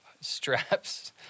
straps